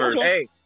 Hey